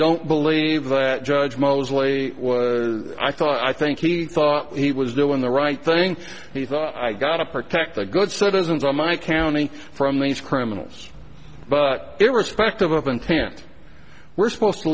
don't believe that judge mosley i thought i think he thought he was doing the right thing i got to protect the good citizens on my county from these criminals but irrespective of intent we're supposed to